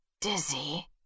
dizzy